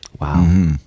Wow